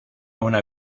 una